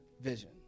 vision